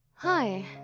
hi